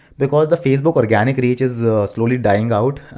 because the facebook organic reach is slowly dying out.